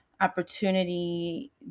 opportunity